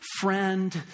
friend